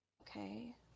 Okay